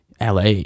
LA